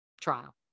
trial